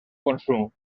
consum